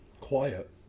Quiet